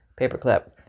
paperclip